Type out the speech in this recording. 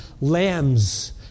lambs